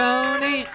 Tony